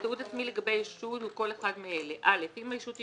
"(ב) תיעוד עצמי לגבי ישות הוא כל אחד מאלה: אם הישות היא